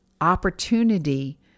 opportunity